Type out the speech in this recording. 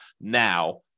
now